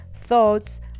thoughts